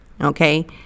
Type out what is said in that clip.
Okay